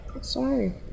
Sorry